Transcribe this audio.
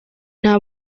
nta